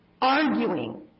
arguing